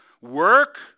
work